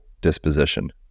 disposition